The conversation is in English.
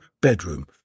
bedroom